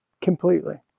completely